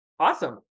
Awesome